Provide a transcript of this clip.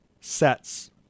sets